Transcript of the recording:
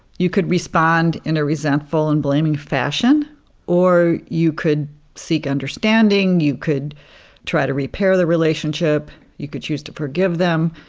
you could respond in a resentful and blaming fashion or you could seek understanding. you could try to repair the relationship. you could choose to forgive them.